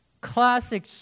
classic